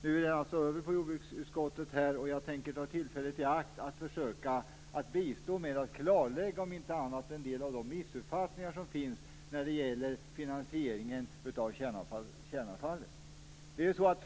Nu är den alltså på jordbruksutskottet, och jag tänker ta tillfället i akt att försöka bistå med att klarlägga, om inte annat, en del av de missuppfattningar som finns när det gäller finansieringen av kärnavfallet.